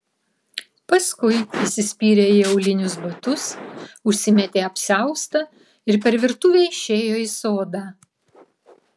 paskui įsispyrė į aulinius batus užsimetė apsiaustą ir per virtuvę išėjo į sodą